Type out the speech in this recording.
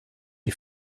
die